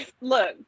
Look